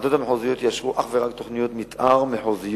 הוועדות המחוזיות יאשרו אך ורק תוכניות מיתאר מחוזיות,